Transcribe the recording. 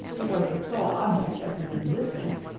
who was the sole object of his existence,